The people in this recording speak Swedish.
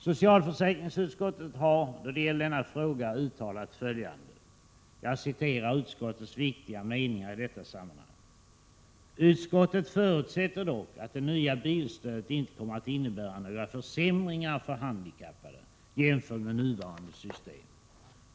Socialförsäkringsutskottet har då det gäller denna fråga uttalat — jag citerar utskottets viktiga meningar i detta sammanhang: ”Utskottet förutsätter dock att det nya bilstödet inte kommer att innebära några försämringar för de handikappade jämfört med nuvarande system.